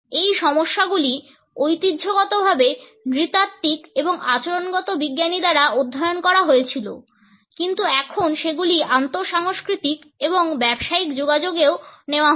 এই সমস্যাগুলি ঐতিহ্যগতভাবে নৃতাত্ত্বিক এবং আচরণগত বিজ্ঞানী দ্বারা অধ্যয়ন করা হয়েছিল কিন্তু এখন সেগুলি আন্তঃসাংস্কৃতিক এবং ব্যবসায়িক যোগাযোগেও নেওয়া হচ্ছে